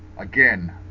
Again